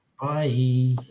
Bye